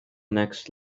next